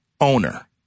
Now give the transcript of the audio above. owner